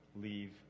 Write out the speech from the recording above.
leave